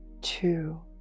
two